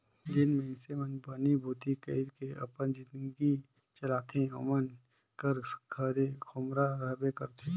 जेन मइनसे मन बनी भूती कइर के अपन जिनगी चलाथे ओमन कर घरे खोम्हरा रहबे करथे